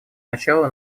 начало